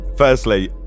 Firstly